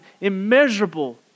immeasurable